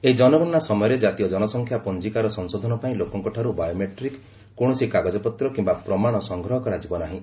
ଏହି ଜନଗଣନା ସମୟରେ କ୍ରାତୀୟ କନସଂଖ୍ୟା ପଞ୍ଜିକାର ସଂଶୋଧନ ପାଇଁ ଲୋକଙ୍କଠାରୁ ବାୟୋମେଟ୍ରିକ୍ କୌଣସି କାଗଜପତ୍ର କିମ୍ବା ପ୍ରମାଣ ସଂଗ୍ରହ କରାଯିବ ନାହିଁ